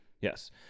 Yes